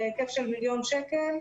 בהיקף של מיליון שקל,